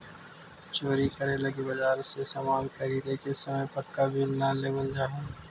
चोरी करे लगी बाजार से सामान ख़रीदे के समय पक्का बिल न लेवल जाऽ हई